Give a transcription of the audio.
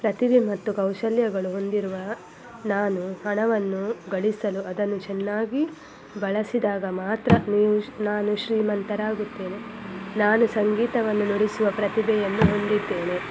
ಪ್ರತಿಭೆ ಮತ್ತು ಕೌಶಲ್ಯಗಳು ಹೊಂದಿರುವ ನಾನು ಹಣವನ್ನು ಗಳಿಸಲು ಅದನ್ನು ಚೆನ್ನಾಗಿ ಬಳಸಿದಾಗ ಮಾತ್ರ ನೀವು ನಾನು ಶ್ರೀಮಂತರಾಗುತ್ತೇನೆ ನಾನು ಸಂಗೀತವನ್ನು ನುಡಿಸುವ ಪ್ರತಿಭೆಯನ್ನು ಹೊಂದಿದ್ದೇನೆ